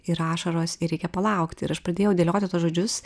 ir ašaros ir reikia palaukti ir aš pradėjau dėlioti žodžius